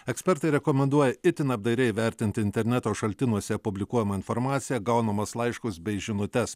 ekspertai rekomenduoja itin apdairiai vertinti interneto šaltiniuose publikuojamą informaciją gaunamus laiškus bei žinutes